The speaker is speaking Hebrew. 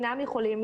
נכון?